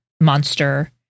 monster